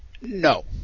No